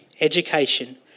education